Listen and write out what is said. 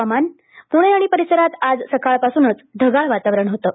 हवामान पुणे आणि परिसरांत आज सकाळपासूनच ढगाळ वातावरण होतं